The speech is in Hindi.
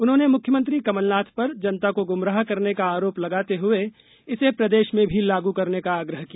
उन्होंने मुख्यमंत्री कमलनाथ पर जनता को गुमराह करने का आरोप लगाते हुए इसे प्रदेश में भी लागू करने का आग्रह किया